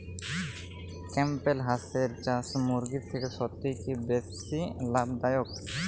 Campbell হাঁসের চাষ মুরগির থেকে সত্যিই কি বেশি লাভ দায়ক?